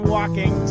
Walking